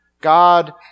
God